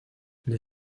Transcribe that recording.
les